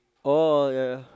oh yeah yeah